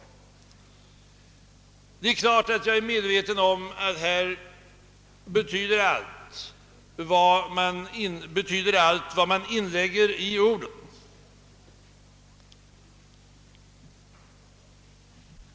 Det är klart att jag är medveten om att här betyder det allt vad man inlägger i orden.